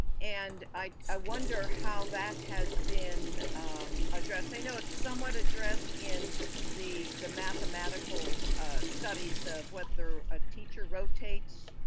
and i i wonder how that has been maureenlally-green addressed i know it's somewhat addressed in the the mathematical studies of whether a teacher rotates,